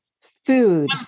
food